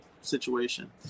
situation